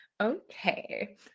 okay